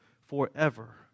forever